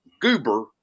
Goober